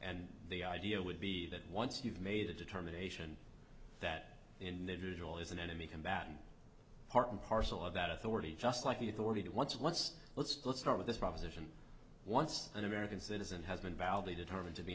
and the idea would be that once you've made a determination that the individual is an enemy combatant part and parcel of that authority just like the authority it once let's let's let's start with this proposition once an american citizen has been